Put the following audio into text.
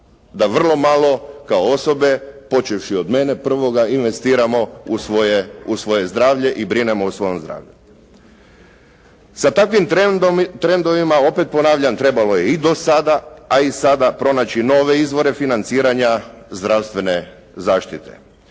da vrlo malo kao osobe, počevši od mene prvoga investiramo u svoje zdravlje i brinemo o svom zdravlju. Sa takvim trendovima opet ponavljam trebalo je do sada, a i sada pronaći nove izvore financiranja zdravstvene zaštite.